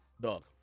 dog